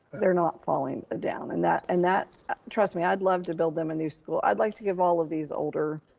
they're not falling ah down and that, and trust me, i'd love to build them a new school. i'd like to give all of these older